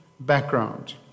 background